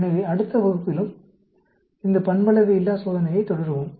எனவே அடுத்த வகுப்பிலும் இந்த பண்பளவையில்லா சோதனையைத் தொடருவோம்